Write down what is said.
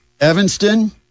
Evanston